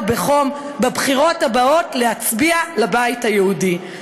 בחום בבחירות הבאות להצביע לבית היהודי.